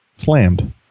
slammed